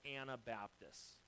Anabaptists